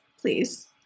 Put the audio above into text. please